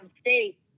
State